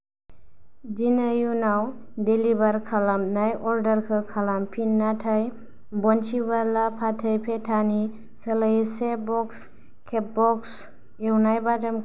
दिनै उनाव डेलिबार खालामनाय अर्डारखौ खालामफिन नाथाय बन्सिवाला फाथै पेथानि सोलायै से ब'क्स फेबब'क्स एवनाय बादामखौ दाजाबफा